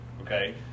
okay